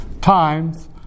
times